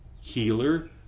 healer